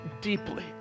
deeply